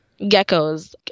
geckos